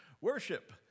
Worship